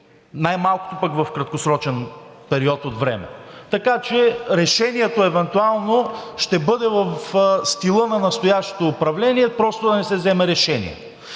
Най-малкото пък в краткосрочен период от време. Така че решението евентуално ще бъде в стила на настоящото управление просто да не се вземе решение.